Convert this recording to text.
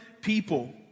people